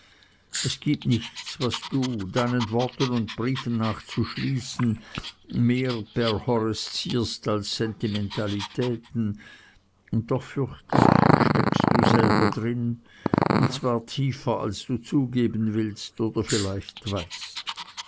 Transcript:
es gibt nichts was du deinen worten und briefen nach zu schließen mehr perhorreszierst als sentimentalitäten und doch fürcht ich steckst du selber drin und zwar tiefer als du zugeben willst oder vielleicht weißt